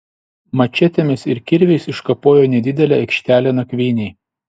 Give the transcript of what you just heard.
mačetėmis ir kirviais iškapojo nedidelę aikštelę nakvynei